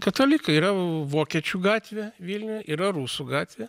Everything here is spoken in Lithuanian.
katalikai yra vokiečių gatvė vilniuj yra rusų gatvė